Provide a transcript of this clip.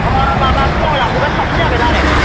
अ माबा फुंआव लांफैब्ला साबसिन जागोन आरो